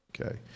Okay